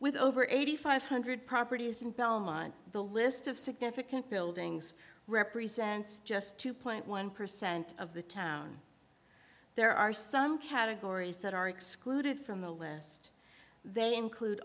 with over eighty five hundred properties in belmont the list of significant buildings represents just two point one percent of the town there are some categories that are excluded from the list they include